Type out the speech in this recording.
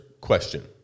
question